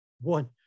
one